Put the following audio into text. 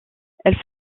elle